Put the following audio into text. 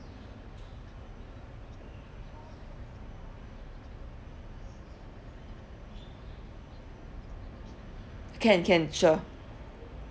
can can sure